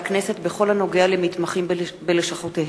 הכנסת בכל הנוגע למתמחים בלשכותיהם.